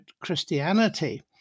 Christianity